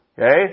Okay